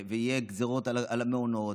ויהיו גזרות על המעונות,